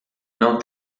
não